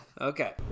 Okay